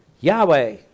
Yahweh